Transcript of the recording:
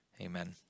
Amen